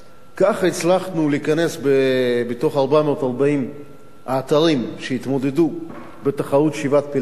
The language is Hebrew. ככה הצלחנו להיכנס ל-440 האתרים שהתמודדו בתחרות שבעת פלאי עולם,